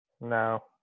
No